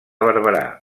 barberà